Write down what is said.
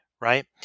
right